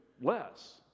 less